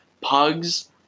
Pugs